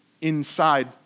inside